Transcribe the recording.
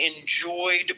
enjoyed